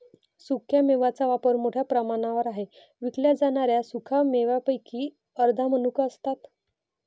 सुक्या मेव्यांचा वापर मोठ्या प्रमाणावर आहे विकल्या जाणाऱ्या सुका मेव्यांपैकी अर्ध्या मनुका असतात